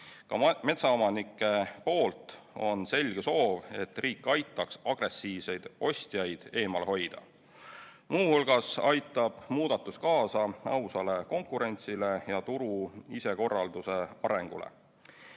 Ka metsaomanikel on selge soov, et riik aitaks agressiivseid ostjaid eemal hoida. Muu hulgas aitab muudatus kaasa ausale konkurentsile ja turu isekorralduse arengule.